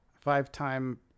Five-time